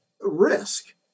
risk